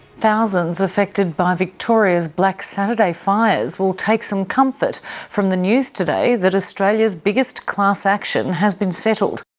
thousands affected by victoria's black saturday fires will take some comfort from the news today that australia's biggest class action has been settled.